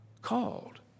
called